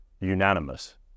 unanimous